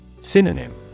Synonym